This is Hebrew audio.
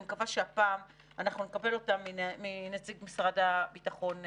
אני מקווה שהפעם אנחנו נקבל אותה מנציג משרד הביטחון בזום.